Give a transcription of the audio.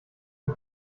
für